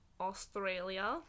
Australia